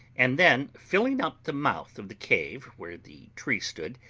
and then filling up the mouth of the cave where the tree stood,